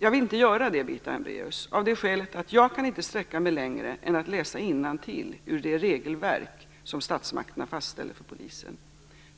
Jag vill inte göra det, Birgitta Hambraeus, av det skälet att jag inte kan sträcka mig längre än att läsa innantill ur det regelverk som statsmakterna fastställt för polisen.